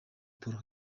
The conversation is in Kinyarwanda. paul